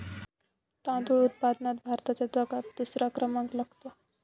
तांदूळ उत्पादनात भारताचा जगात दुसरा क्रमांक लागतो